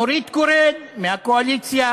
נורית קורן מהקואליציה,